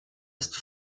ist